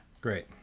Great